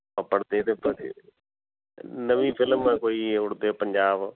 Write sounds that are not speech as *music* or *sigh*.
ਪਰਦੇ ਦੇ *unintelligible* ਨਵੀਂ ਫਿਲਮ ਹੈ ਕੋਈ ਉਡਤੇ ਪੰਜਾਬ